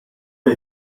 the